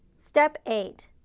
step eight,